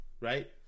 right